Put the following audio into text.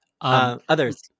Others